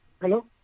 Hello